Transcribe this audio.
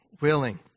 willing